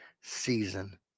season